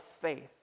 faith